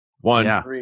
One